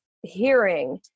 hearing